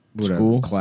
School